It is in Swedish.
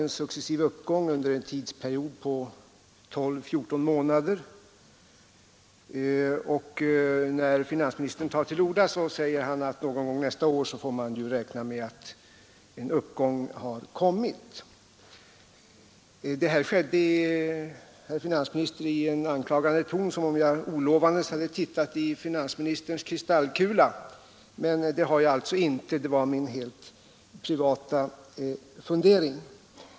Jag sade att man under en tidsperiod på 12—14 månader får vara beredd på en successiv uppgång, och när finansministern sedan tog till orda sade han att man får räkna med att en uppgång har kommit någon gång nästa år. Herr Sträng sade det i anklagande ton, som om jag olovandes hade tittat i finansministerns kristallkula. Det har jag emellertid inte gjort. Det var min helt privata fundering.